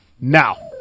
now